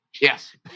Yes